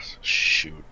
Shoot